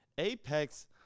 Apex